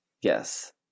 Yes